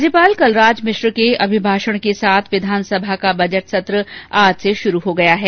राज्यपाल कलराज मिश्र के अभिभाषण के साथ विधानसभा का बजट सत्र आज से शुरू हो गया है